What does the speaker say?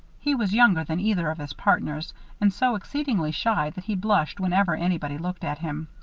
he was younger than either of his partners and so exceedingly shy that he blushed whenever anybody looked at him.